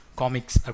comics